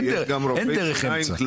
אין דרך אמצע.